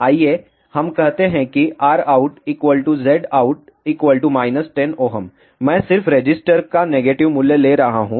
आइए हम कहते हैं अगर RoutZout 10 Ω मैं सिर्फ रेसिस्टर का नेगेटिव मूल्य ले रहा हूं